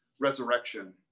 resurrection